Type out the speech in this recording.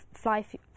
fly